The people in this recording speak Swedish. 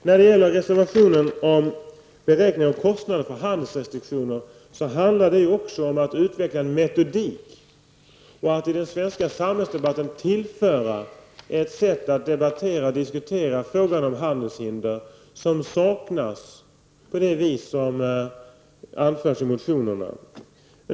När det gäller reservationen om beräkning av kostnader för handelsrestriktioner vill jag säga att det också handlar om att utveckla en metodik och att tillföra den svenska samhällsdebatten ett sätt att diskutera frågan om handelshinder som saknas, på det vis som anförs i motionerna.